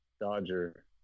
Dodger